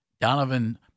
Donovan